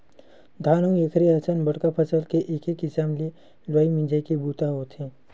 धान अउ एखरे असन बड़का फसल के एके किसम ले लुवई मिजई के बूता ह होथे